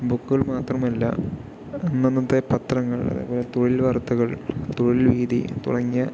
ബുക്കുകൾ മാത്രമല്ല അന്നന്നത്തെ പത്രങ്ങൾ അതേപോലെ തൊഴിൽ വാർത്തകൾ തൊഴിൽവീഥി തുടങ്ങിയ